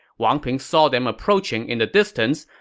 wang ping saw them approaching in the distance,